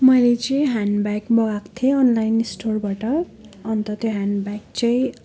मैले चाहिँ ह्यान्डब्याग मगाएको थिएँ अनलाइन स्टोरबाट अन्त त्यो ह्यान्डब्याग चाहिँ